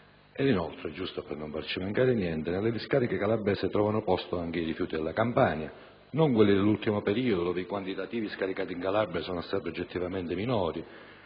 Inoltre - giusto per non farci mancare niente - nelle discariche calabresi trovano posto anche i rifiuti della Campania, non quelli dell'ultimo periodo, in cui i quantitativi scaricati in Calabria sono stati oggettivamente minori